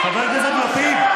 חבר הכנסת לפיד.